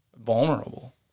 vulnerable